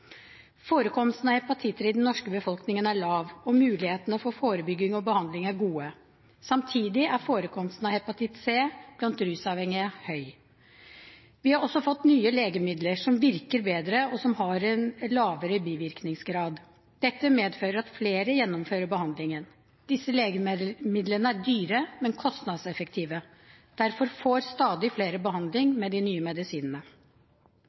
Forekomsten av hepatitter i den norske befolkningen er lav, og mulighetene for forebygging og behandling er gode. Samtidig er forekomsten av hepatitt C blant rusavhengige høy. Vi har også fått nye legemidler som virker bedre, og som har en lavere bivirkningsgrad. Dette medfører at flere gjennomfører behandlingen. Disse legemidlene er dyre, men kostnadseffektive. Derfor får stadig flere behandling med de nye medisinene.